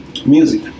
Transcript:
Music